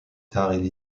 tard